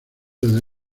desde